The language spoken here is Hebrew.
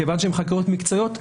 כיוון שהן חקירות מקצועיות,